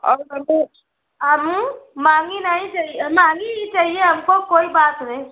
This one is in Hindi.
और हमें महँगी नहीं महँगी ही चाहिए हमको कोई बात नहीं